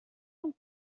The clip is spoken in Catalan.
com